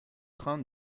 train